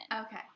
Okay